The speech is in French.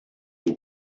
aux